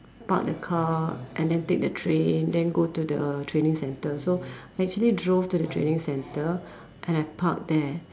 park the car and then take the train then go to the training centre so I actually drove to the training centre and I parked there